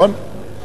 נכון.